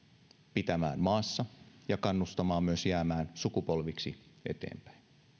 pitämään maassa ja kannustamaan myös jäämään sukupolviksi eteenpäin